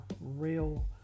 real